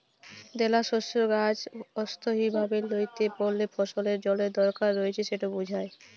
দালাশস্যের গাহাচ অস্থায়ীভাবে ল্যাঁতাই পড়লে ফসলের জলের দরকার রঁয়েছে সেট বুঝায়